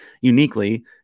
uniquely